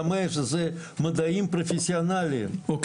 את מי לתת כתלמידים לפרופסורים אשר באים